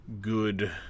good